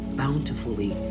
bountifully